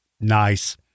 Nice